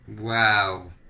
Wow